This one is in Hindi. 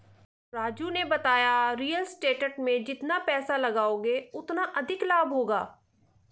राजू ने बताया रियल स्टेट में जितना पैसे लगाओगे उतना अधिक लाभ होगा